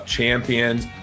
champions